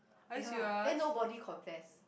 ya then nobody confess